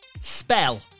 spell